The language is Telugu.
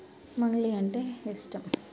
మంగ్లీ అంటే ఇష్టం